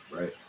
right